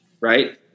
Right